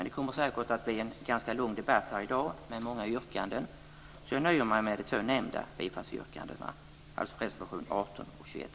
Det kommer säkert att bli en ganska lång debatt här i dag med många yrkanden, så jag nöjer mig med de två nämnda bifallsyrkandena, som alltså gäller reservation 18 och 21.